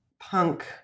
punk